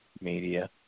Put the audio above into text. media